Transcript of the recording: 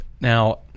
Now